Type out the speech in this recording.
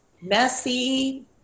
Messy